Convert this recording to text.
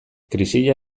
krisia